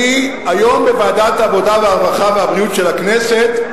היום, בוועדת העבודה, הרווחה והבריאות של הכנסת,